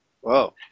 Whoa